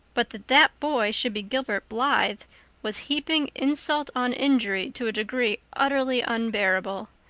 but that that boy should be gilbert blythe was heaping insult on injury to a degree utterly unbearable.